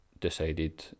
decided